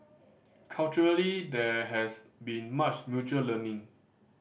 culturally there has been much mutual learning